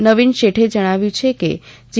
નવીન શેઠે જણાવ્યું છે કે જી